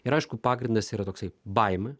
ir aišku pagrindas yra toksai baimė